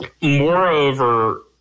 Moreover